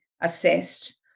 assessed